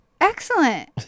excellent